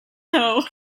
barr